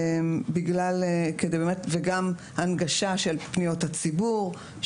וגם הנגשה של פניות הציבור,